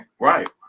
Right